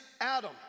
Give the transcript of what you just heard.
Adam